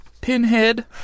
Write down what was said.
Pinhead